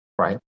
Right